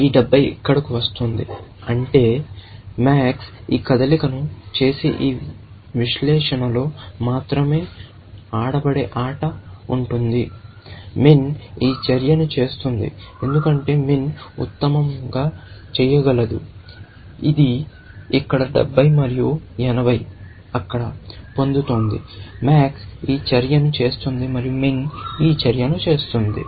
ఈ 70 ఇక్కడకు వస్తోంది అంటే MAX ఈ కదలికను చేసే ఈ విశ్లేషణలో మాత్రమే ఆడబడే ఆట ఉంటుంది MIN ఈ చర్యను చేస్తుంది ఎందుకంటే MIN ఉత్తమంగా చేయగలదు ఇది ఇక్కడ 70 మరియు 80 అక్కడ పొందుతోంది MAX ఈ చర్యను చేస్తుంది మరియు MIN ఈ చర్యను చేస్తుంది